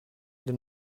the